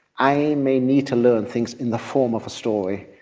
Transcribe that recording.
i may need to learn things in the form of a story,